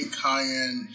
cayenne